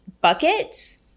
buckets